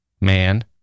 man